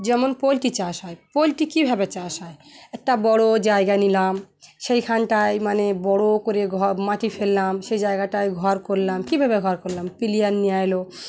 যেমন পোলট্রি চাষ হয় পোলট্রি কীভাবে চাষ হয় একটা বড়ো জায়গা নিলাম সেইখানটায় মানে বড়ো করে ঘ মাটি ফেললাম সেই জায়গাটায় ঘর করলাম কীভাবে ঘর করলাম পিলার নিয়ে এলো